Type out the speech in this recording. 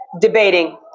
debating